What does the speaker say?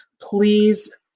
Please